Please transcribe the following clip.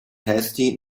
hasty